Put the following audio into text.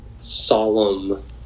solemn